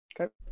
Okay